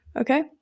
Okay